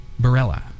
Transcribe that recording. Barella